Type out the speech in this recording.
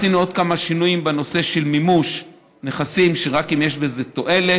עשינו עוד כמה שינויים בנושא של מימוש נכסים: רק אם יש בזה תועלת,